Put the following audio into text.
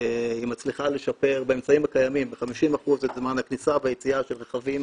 היא מצליחה לשפר באמצעים הקיימים ב-50% את זמן הכניסה והיציאה של רכבים